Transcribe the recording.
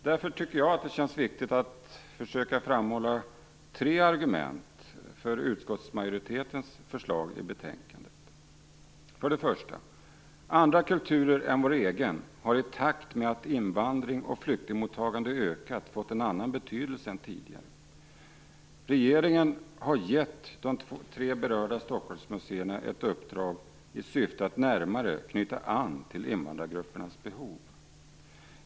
Därför tycker jag att det känns viktigt att försöka framhålla tre argument för utskottsmajoritetens förslag i betänkandet. För de första: Andra kulturer än vår egen har i takt med att invandring och flyktingmottagande ökat, fått en annan betydelse än tidigare. Regeringen har givit de tre berörda Stockholmsmuseerna ett uppdrag i syfte att närmare knyta an till invandargruppernas behov.